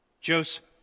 Joseph